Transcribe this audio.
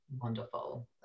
Wonderful